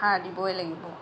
সাৰ দিবই লাগিব